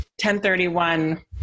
1031